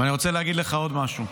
אני רוצה להגיד לך עוד משהו,